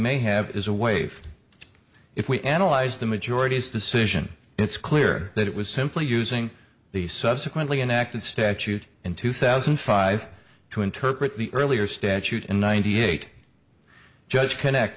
may have is a wave if we analyze the majority's decision it's clear that it was simply using the subsequently enacted statute in two thousand and five to interpret the earlier statute in ninety eight ju